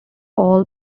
all